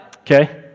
Okay